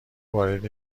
وارد